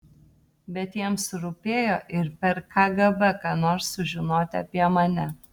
bet jiems rūpėjo ir per kgb ką nors sužinot apie mane